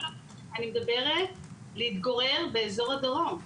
לא, לא, אני מדברת להתגורר באזור הדרום,